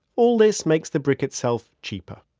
all this makes the brick itself cheaper.